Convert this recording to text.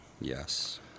Yes